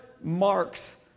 marks